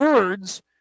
Words